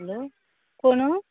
hello कोण